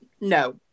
no